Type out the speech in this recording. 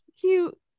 cute